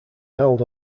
held